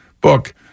book